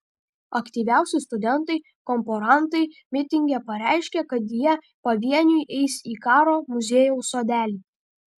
aktyviausi studentai korporantai mitinge pareiškė kad jie pavieniui eis į karo muziejaus sodelį